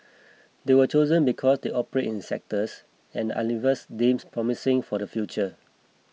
they were chosen because they operate in sectors and Unilever deems promising for the future